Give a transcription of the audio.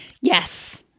Yes